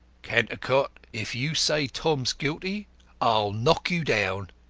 cantercot, if you say tom's guilty i'll knock you down.